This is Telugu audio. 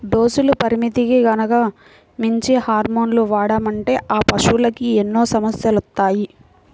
డోసుల పరిమితికి గనక మించి హార్మోన్లను వాడామంటే ఆ పశువులకి ఎన్నో సమస్యలొత్తాయి